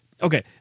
Okay